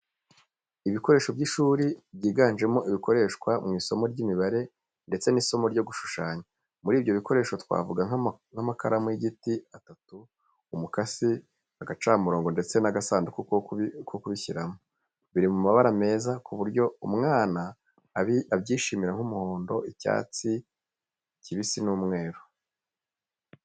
Ibikoresho by'ishuri byiganjemo ibikoreshwa mu isomo ry'imibare ndetse n'isomo ryo gushushanya. Muri ibyo bikoresho twavuga nk'amakaramu y'igiti atatu, umukasi, agacamurongo ndetse n'agasanduku ko kubishyiramo. Biri mu mabara meza ku buryo umwana abyishimira, nk'umuhondo, icyatsi kibisi n'umweru.